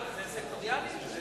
לא סקטוריאלי?